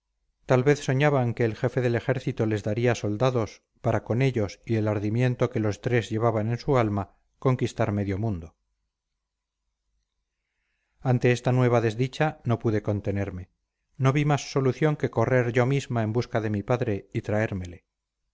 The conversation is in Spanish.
tal vez soñaban que el jefe del ejército les daría soldados para con ellos y el ardimiento que los tres llevaban en su alma conquistar medio mundo ante esta nueva desdicha no pude contenerme no vi más solución que correr yo misma en busca de mi padre y traérmele